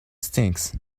stinks